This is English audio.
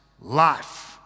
life